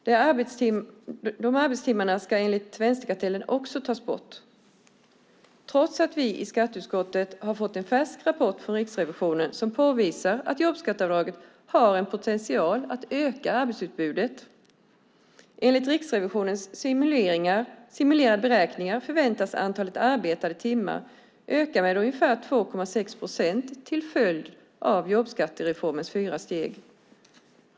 De arbetstimmarna ska enligt vänsterkartellen också tas bort, trots att vi i skatteutskottet har fått en färsk rapport från Riksrevisionen som påvisar att jobbskatteavdraget har en potential att öka arbetsutbudet. Enligt Riksrevisionens simulerade beräkningar förväntas antalet arbetade timmar öka med ungefär 2,6 procent till följd av jobbskattereformens fyra steg.